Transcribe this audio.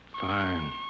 fine